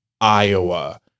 Iowa